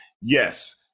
yes